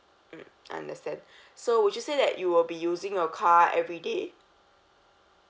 mm understand so would you say that you will be using your car everyday